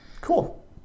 cool